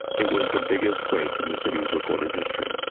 it was the biggest quake in the city's recorded history,